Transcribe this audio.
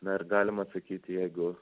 dar galima sakyti jeigu